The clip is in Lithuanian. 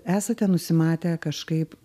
esate nusimatę kažkaip